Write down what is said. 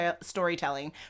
storytelling